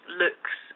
looks